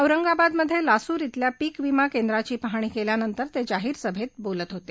औरंगाबादमधे लासूर इथल्या पीक विमा केंद्राची पाहणी केल्यानंतर ते जाहीर सभेत बोलत होते